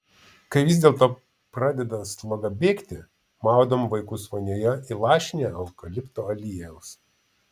kai vis dėlto pradeda sloga bėgti maudom vaikus vonioje įlašinę eukalipto aliejaus